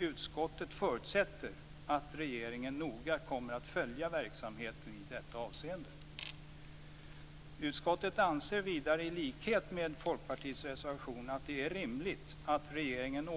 Utskottet förutsätter att regeringen noga kommer att följa verksamheten i det avseendet. Utskottet anser vidare, i likhet med vad som framgår i Folkpartiets reservation, att det är rimligt att regeringen